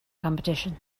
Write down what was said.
competition